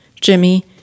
Jimmy